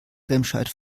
remscheid